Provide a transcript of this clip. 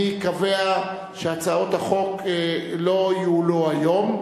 אני קובע שהצעות החוק לא יועלו היום,